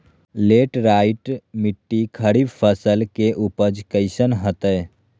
Laterite मिट्टी खरीफ फसल के उपज कईसन हतय?